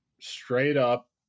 straight-up